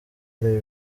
areba